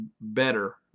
better